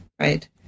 right